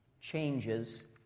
changes